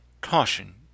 Caution